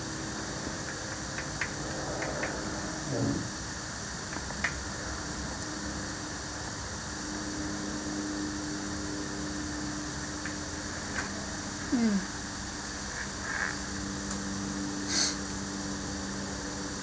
mm